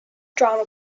drama